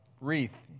wreath